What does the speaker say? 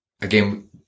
again